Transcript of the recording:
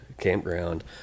campground